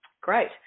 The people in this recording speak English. great